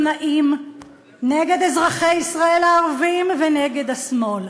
נגד עיתונאים, נגד אזרחי ישראל הערבים ונגד השמאל.